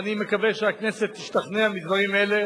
ואני מקווה שהכנסת תשתכנע מהדברים האלה,